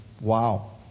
Wow